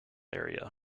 area